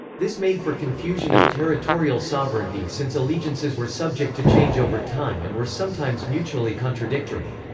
this made for confusion of territorial sovereignty since allegiances were subject to change over time and were sometimes mutually contradictory.